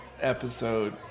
episode